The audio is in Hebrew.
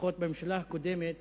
לפחות בממשלה הקודמת